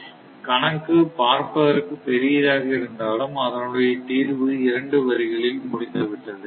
கணக்கு பார்ப்பதற்கு பெரியதாக இருந்தாலும் அதனுடைய தீர்வு இரண்டு வரிகளில் முடிந்துவிட்டது